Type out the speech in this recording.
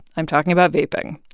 i'm talking about vaping.